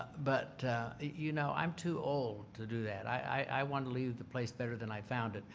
but you know, i'm too old to do that. i want to leave the place better than i found it